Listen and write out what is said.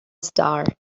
star